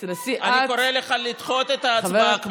אני קורא לך לדחות את ההצבעה,